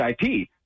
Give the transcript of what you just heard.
IP